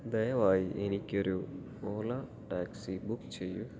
ദയവായി എനിക്ക് ഒരു ഓല ടാക്സി ബുക്ക് ചെയ്യൂ